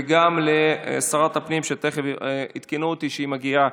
וגם לשרת הפנים, שעדכנו אותי שהיא מגיעה,